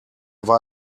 war